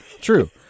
True